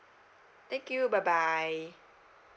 thank you bye bye